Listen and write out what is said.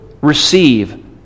receive